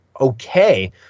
okay